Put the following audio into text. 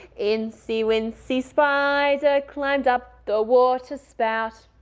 incy wincy spider climbed up the water spout.